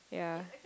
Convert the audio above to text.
ya